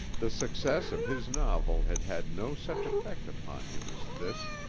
the success of his novel had had no such effect upon him as this.